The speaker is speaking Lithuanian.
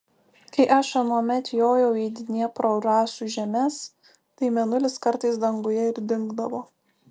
kai aš anuomet jojau į dniepro rasų žemes tai mėnulis kartais danguje ir dingdavo